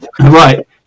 Right